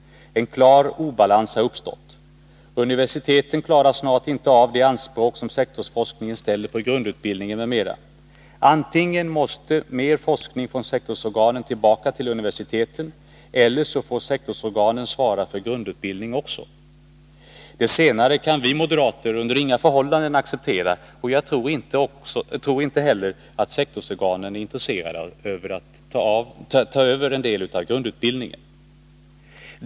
En klar obalans har uppstått. Universiteten 2 februari 1983 klarar snart inte av de anspråk som sektorsforskningen ställer på grundutbildningen m.m. Antingen måste mer forskning från sektorsorganen tillbaka Allmänpolitisk tilluniversiteten, eller får sektorsorganen svara för grundutbildningen också. — debatt Det senare kan vi moderater under inga förhållanden acceptera, och jag tror inte heller att sektorsorganen är intresserade av att ta över en del av grundutbildningen.